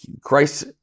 Christ